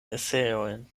eseojn